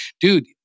dude